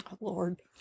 Lord